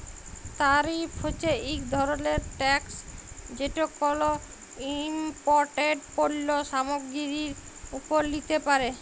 তারিফ হছে ইক ধরলের ট্যাকস যেট কল ইমপোর্টেড পল্য সামগ্গিরির উপর লিতে পারে